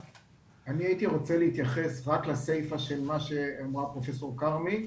אני הייתי רוצה להתייחס רק לסיפא של מה שאמרה פרופ' כרמי,